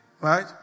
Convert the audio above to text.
right